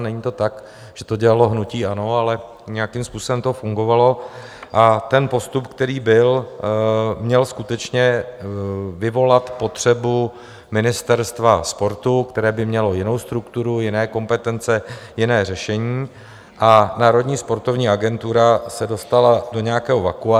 Není to tak, že to dělalo hnutí ANO, ale nějakým způsobem to fungovalo, a postup, který byl, měl skutečně vyvolat potřebu ministerstva sportu, které by mělo jinou strukturu, jiné kompetence, jiné řešení, a Národní sportovní agentura se dostala do nějakého vakua.